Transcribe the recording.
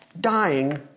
dying